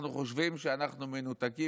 אנחנו חושבים שאנחנו מנותקים?